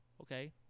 okay